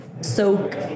soak